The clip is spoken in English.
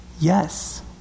Yes